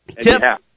Tip